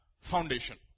foundation